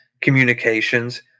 communications